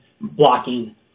blocking